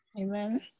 Amen